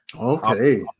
Okay